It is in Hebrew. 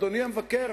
אדוני המבקר,